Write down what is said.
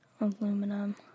Aluminum